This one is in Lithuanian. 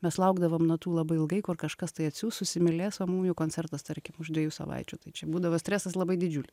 mes laukdavom natų labai ilgai kol kažkas tai atsiųs susimylės o mum jau koncertas tarkim už dviejų savaičių tai čia būdavo stresas labai didžiulis